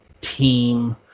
team